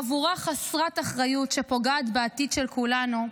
חבורה חסרת אחריות, שפוגעת בעתיד של כולנו,